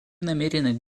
намерены